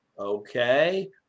Okay